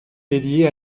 dédié